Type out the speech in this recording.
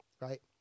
Right